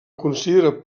considera